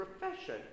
profession